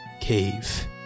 cave